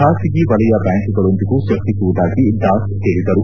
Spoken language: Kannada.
ಖಾಸಗಿ ವಲಯ ಬ್ಲಾಂಕ್ಗಳೊಂದಿಗೂ ಚರ್ಚಿಸುವುದಾಗಿ ದಾಸ್ ಹೇಳಿದರು